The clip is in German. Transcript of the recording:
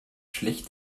schlecht